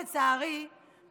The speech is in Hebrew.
לצערי,